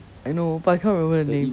I know but I cannot remember the name